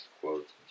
quotes